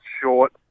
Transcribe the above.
short